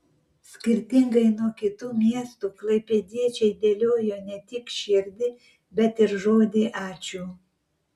skirtingai nuo kitų miestų klaipėdiečiai dėliojo ne tik širdį bet ir žodį ačiū